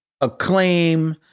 acclaim